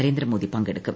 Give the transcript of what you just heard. നരേന്ദ്രമോദി പങ്കെടുക്കും